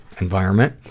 environment